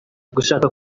gushaka